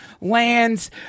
lands